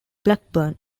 blackburn